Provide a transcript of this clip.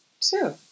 Two